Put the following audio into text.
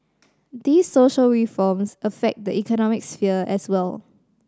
these social reforms affect the economic sphere as well